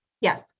Yes